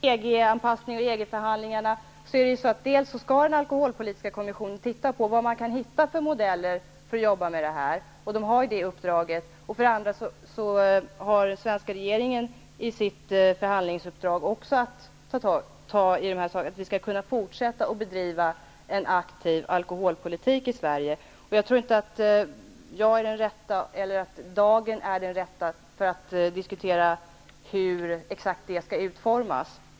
Fru talman! Lars Bäckström talar om EG anpassning och EG-förhandlingar. Den alkoholpolitiska kommissionen skall se över vilka modeller man kan hitta för att arbeta med det här. Man har det uppdraget. Det ingår också i den svenska regeringens förhandlingsuppdrag att ta hand om dessa frågor så att vi kan fortsätta att bedriva en aktiv alkoholpolitik i Sverige. Jag tror inte att jag är den rätta eller att dagen är den rätta för att diskutera exakt hur det skall utformas.